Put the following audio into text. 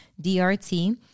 D-R-T